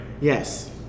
Yes